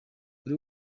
buri